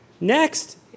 Next